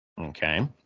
okay